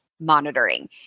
monitoring